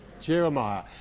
Jeremiah